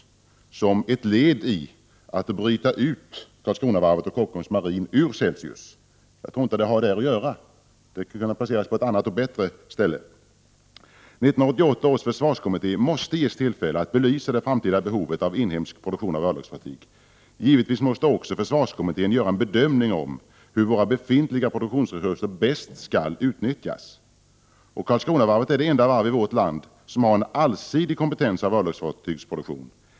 Detta bör vara ettledi en större insats för att bryta ut Karlskronavarvet och Kockums Marin ur Celsius; jag tror inte de har där att göra — de kan placeras på ett annat och bättre ställe. 1988 års försvarskommitté måste ges tillfälle att belysa det framtida behovet av inhemsk produktion av örlogsfartyg. Givetvis måste också försvarskommittén göra en bedömning av hur våra befintliga produktionsresurser bäst utnyttjas. Karlskronavarvet är det enda varv i vårt land som har en allsidig kompetens när det gäller örlogsfartygsproduktion.